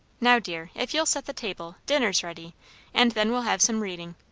now, dear, if you'll set the table dinner's ready and then we'll have some reading.